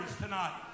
tonight